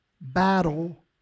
battle